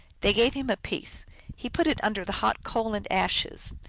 they gave him a piece he put it under the hot coals and ashes,